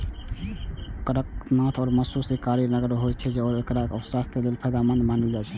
कड़कनाथ के मासुओ कारी रंगक होइ छै आ एकरा स्वास्थ्यक लेल फायदेमंद मानल जाइ छै